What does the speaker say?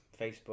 Facebook